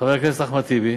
חבר הכנסת אחמד טיבי,